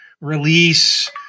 release